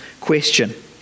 question